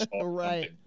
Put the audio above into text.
Right